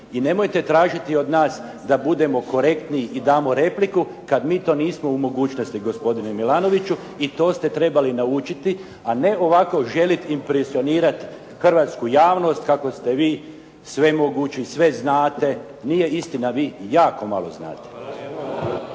I nemojte tražiti od nas da budemo korektni i damo repliku, kada mi to nismo u mogućnosti gospodine Milanoviću i to ste trebali naučiti, a ne ovako želiti impresionirati hrvatsku javnost kako ste vi svemogući, sve znate. Nije istina, vi jako malo znate.